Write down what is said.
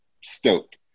stoked